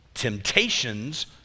Temptations